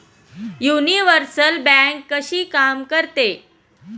Universal bank कशी काम करते?